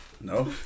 No